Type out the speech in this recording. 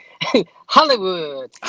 Hollywood